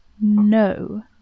No